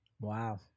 Wow